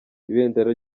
ibendera